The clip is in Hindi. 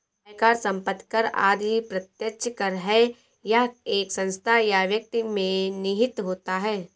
आयकर, संपत्ति कर आदि प्रत्यक्ष कर है यह एक संस्था या व्यक्ति में निहित होता है